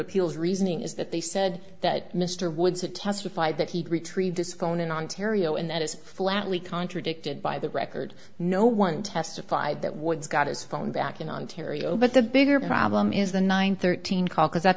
appeals reasoning is that they said that mr woods had testified that he'd retrieved this going in ontario and that is flatly contradicted by the record no one testified that woods got his phone back in ontario but the bigger problem is the nine thirteen call because that